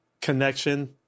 connection